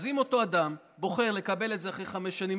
אז אם אותו אדם בוחר לקבל את זה אחרי חמש שנים,